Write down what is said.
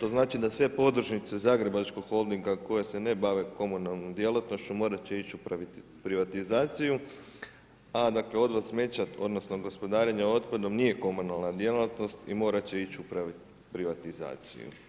to znači da sve podružnice Zagrebačkog Holdinga koje se ne bave komunalnom djelatnošću morat će ići u privatizaciju, a odvoz smeća odnosno gospodarenje otpadom nije komunalna djelatnost i morat će ići u privatizaciju.